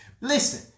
Listen